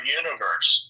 universe